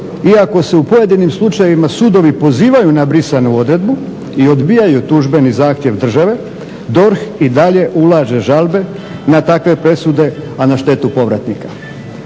iako se u pojedinim slučajevima sudovi pozivaju na brisanu odredbu i odbijaju tužbeni zahtjev države DORH i dalje ulaže žalbe na takve presude a na štetu povratnika.